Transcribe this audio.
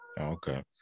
Okay